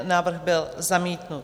Návrh byl zamítnut.